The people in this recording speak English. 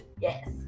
Yes